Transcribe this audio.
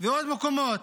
ובעוד מקומות,